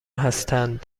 هستند